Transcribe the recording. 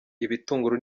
ibitunguru